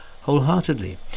wholeheartedly